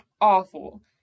awful